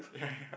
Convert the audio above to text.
ya ya